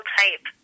type